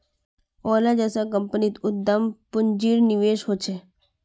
ओला जैसा कम्पनीत उद्दाम पून्जिर निवेश होछे